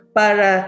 para